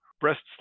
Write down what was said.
breasts